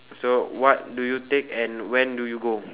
so what do you take and when do you go